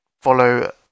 follow